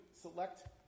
select